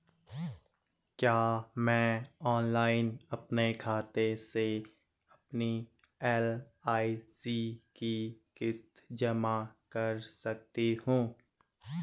क्या मैं ऑनलाइन अपने खाते से अपनी एल.आई.सी की किश्त जमा कर सकती हूँ?